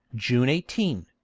june eighteen,